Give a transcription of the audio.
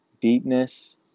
Deepness